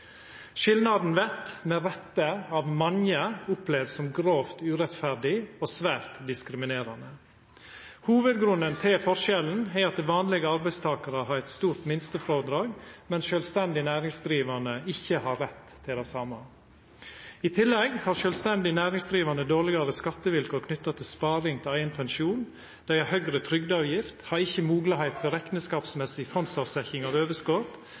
Skilnaden vert med rette av mange opplevd som grovt urettferdig og svært diskriminerande. Hovudgrunnen til forskjellen er at vanlege arbeidstakarar har eit stort minstefrådrag, mens sjølvstendig næringsdrivande ikkje har rett til det same. I tillegg har sjølvstendig næringsdrivande dårlegare skattevilkår knytte til sparing til eigen pensjon, dei har høgare trygdeavgift, dei har ikkje moglegheit for rekneskapsmessig fondsavsetjing av